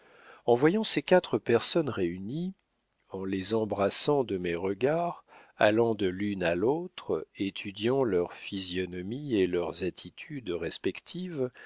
en voyant ces quatre personnes réunies en les embrassant de mes regards allant de l'une à l'autre étudiant leurs physionomies et leurs attitudes respectives